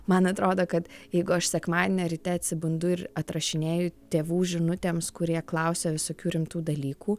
man atrodo kad jeigu aš sekmadienį ryte atsibundu ir atrašinėju tėvų žinutėms kurie klausia visokių rimtų dalykų